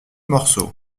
morceaux